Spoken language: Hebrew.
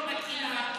שלא מתאימה,